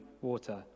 water